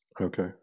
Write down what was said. Okay